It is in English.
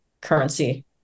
currency